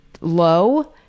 low